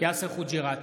יאסר חוג'יראת,